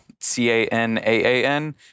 C-A-N-A-A-N